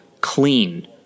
clean